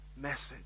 message